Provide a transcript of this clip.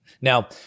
Now